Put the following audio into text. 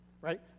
right